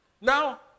Now